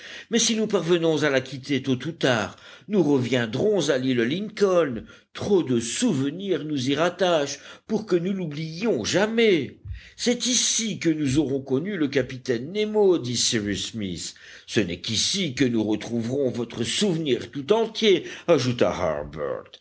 mais si nous parvenons à la quitter tôt ou tard nous reviendrons à l'île lincoln trop de souvenirs nous y rattachent pour que nous l'oubliions jamais c'est ici que nous aurons connu le capitaine nemo dit cyrus smith ce n'est qu'ici que nous retrouverons votre souvenir tout entier ajouta